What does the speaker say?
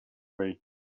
way